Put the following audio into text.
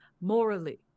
morally